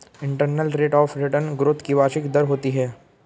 internal rate of return growth की वार्षिक दर होती है